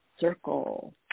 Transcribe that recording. Circle